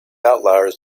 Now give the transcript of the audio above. outliers